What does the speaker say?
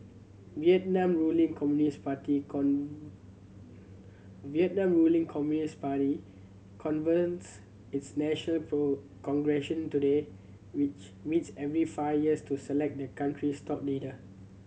Vietnam ruling Communist Party Vietnam ruling Communist Party convenes its national today which meets every five years to select the country's top leader